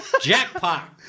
jackpot